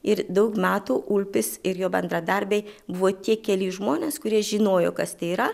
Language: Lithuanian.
ir daug metų ulpis ir jo bendradarbiai buvo tie keli žmonės kurie žinojo kas tai yra